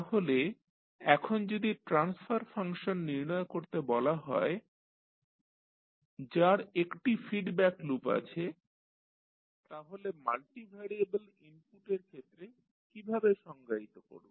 তাহলে এখন যদি ট্রান্সফার ফাংশন নির্ণয় করতে বলা হয় যার একটি ফিডব্যাক লুপ আছে তাহলে মাল্টিভ্যারিয়েবল ইনপুটের ক্ষেত্রে কীভাবে সংজ্ঞায়িত করব